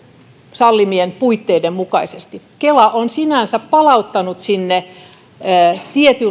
sallimien puitteiden mukaisesti kela on sinänsä palauttanut sinne tietynlaisia sääntelyitä